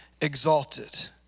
exalted